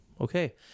Okay